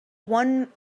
one